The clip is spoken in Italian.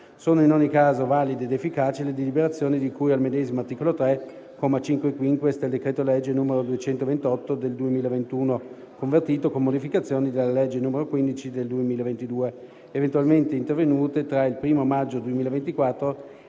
Sono in ogni caso valide ed efficaci le deliberazioni di cui al medesimo articolo 3, comma 5-*quinquies*, del decreto-legge n. 228 del 2021, convertito, con modificazioni, dalla legge n. 15 del 2022, eventualmente intervenute tra il l° maggio 2024